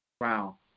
Wow